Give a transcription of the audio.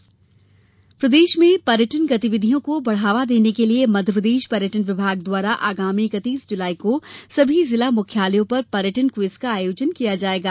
पर्यटन क्विज प्रदेश में पर्यटन गतिविधियों को बढ़ावा देने के लिये मध्यप्रदेश पर्यटन विभाग द्वारा आगामी इकत्तीस जुलाई को सभी जिला मुख्यालयों पर पर्यटन क्विज का आयोजन किया जायेगा